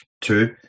two